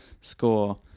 score